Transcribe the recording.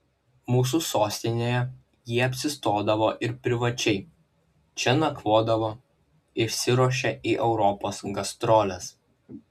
mūsų sostinėje jie apsistodavo ir privačiai čia nakvodavo išsiruošę į europos gastroles